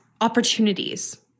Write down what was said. opportunities